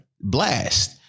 Blast